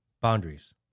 boundaries